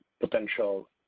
potential